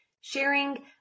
sharing